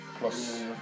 Plus